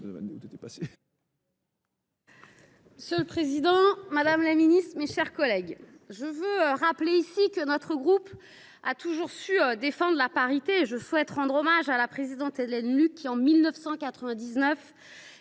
Monsieur le président, madame la ministre, mes chers collègues, je tiens à rappeler que notre groupe a toujours défendu la parité. Je souhaite d’ailleurs rendre hommage à la présidente Hélène Luc, qui, en 1999,